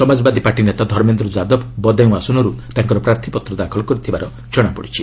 Samajwadi party ନେତା ଧର୍ମେନ୍ଦ୍ର ଯାଦବ ବଦାୟୁଁ ଆସନରୁ ତାଙ୍କର ପ୍ରାର୍ଥୀପତ୍ର ଦାଖଲ କରିଥିବାର ଜଣାପଡ଼ିଛି